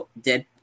Dead